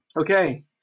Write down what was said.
okay